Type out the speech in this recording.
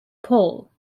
paul